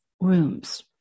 rooms